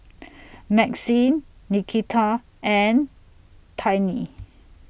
Maxine Nikita and Tiny